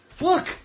Look